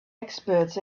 experts